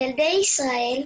ילדי ישראל.